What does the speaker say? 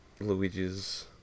Luigi's